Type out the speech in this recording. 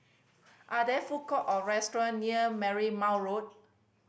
are there food court or restaurant near Marymount Road